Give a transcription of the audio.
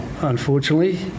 unfortunately